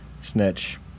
snitch